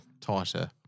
tighter